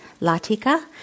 Latika